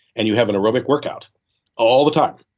and you have an aerobic workout all the time.